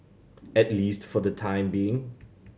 at least for the time being